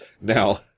Now